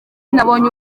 nabonye